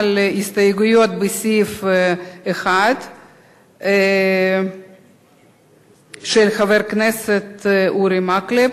הסתייגויות לסעיף 1 של חבר הכנסת אורי מקלב.